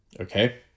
Okay